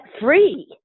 free